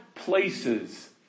places